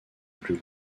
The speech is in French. plus